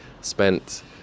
spent